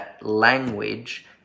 language